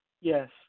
Yes